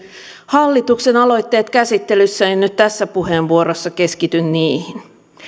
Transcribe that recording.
hallituksen aloitteet käsittelyssä niin nyt tässä puheenvuorossa keskityn niihin